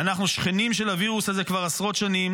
ואנחנו שכנים של הווירוס הזה כבר עשרות שנים,